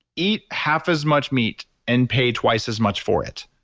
eat half as much meat and pay twice as much for it.